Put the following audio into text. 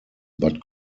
but